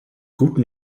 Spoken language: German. guten